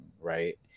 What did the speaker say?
right